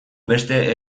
beste